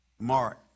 Mark